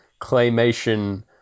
claymation